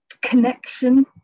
connection